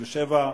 97)